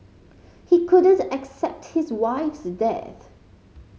he couldn't accept his wife's death